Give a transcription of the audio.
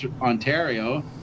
ontario